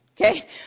Okay